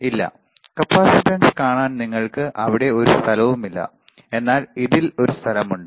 ഇല്ല കപ്പാസിറ്റൻസ് കാണാൻ നിങ്ങൾക്ക് അവിടെ ഒരു സ്ഥലവുമില്ല എന്നാൽ ഇതിൽ ഒരു സ്ഥലമുണ്ട്